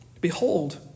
Behold